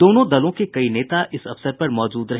दोनों दलों के कई नेता इस अवसर पर मौजूद रहे